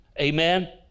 Amen